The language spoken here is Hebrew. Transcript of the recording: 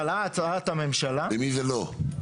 למי זה לו?